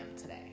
today